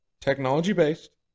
technology-based